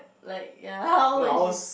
like ya how old is she